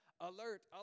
alert